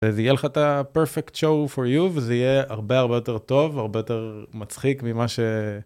וזה יהיה לך את ה- perfect show for you, וזה יהיה הרבה הרבה יותר טוב, הרבה יותר מצחיק ממה ש...